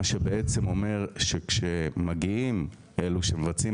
מה שבעצם אומר שכאשר מגיעים אלו שמבצעים